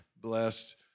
blessed